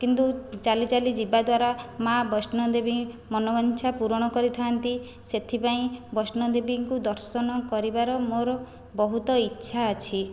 କିନ୍ତୁ ଚାଲି ଚାଲି ଯିବା ଦ୍ୱାରା ମା ବୈଷ୍ଣୋ ଦେବୀ ମନ ବାଞ୍ଛା ପୂରଣ କରିଥାନ୍ତି ସେଥିପାଇଁ ବୈଷ୍ଣୋ ଦେବୀଙ୍କୁ ଦର୍ଶନ କରିବାର ମୋର ବହୁତ ଇଚ୍ଛା ଅଛି